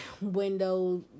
windows